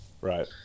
Right